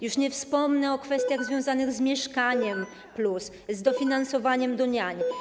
Już nie wspomnę o kwestiach związanych z „Mieszkaniem+”, z dofinansowaniem do niań.